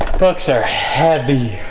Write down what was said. books are heavy